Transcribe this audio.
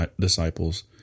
disciples